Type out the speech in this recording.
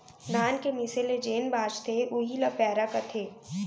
धान के मीसे ले जेन बॉंचथे उही ल पैरा कथें